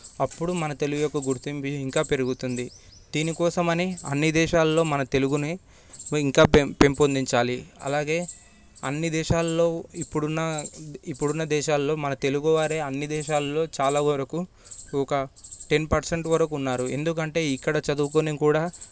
అప్పుడు మన తెలుగు యొక్క గుర్తింపు ఇంకా పెరుగుతుంది దీనికోసమని అన్ని దేశాల్లో మన తెలుగుని ఇంకా పెం పెంపొందించాలి అలాగే అన్ని దేశాల్లో ఇప్పుడున్న ఇప్పుడున్న దేశాల్లో మన తెలుగు వారే అన్ని దేశాల్లో చాలా వరకు ఒక టెన్ పర్సెంట్ వరకు ఉన్నారు ఎందుకంటే ఇక్కడ చదువుకొని కూడా